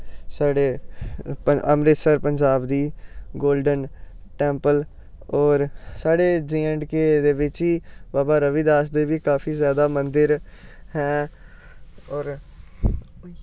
साढ़े अमृतसर पंजाब दी golden temple होर साढ़े जे ऐंड के दे बिच्च गै बाबा रवि दास दे बी काफी जैदा मंदर हैं होर